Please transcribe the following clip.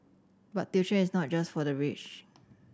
but tuition is not just for the rich